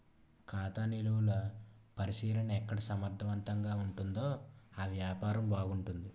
ఖాతా నిలువలు పరిశీలన ఎక్కడ సమర్థవంతంగా ఉంటుందో ఆ వ్యాపారం బాగుంటుంది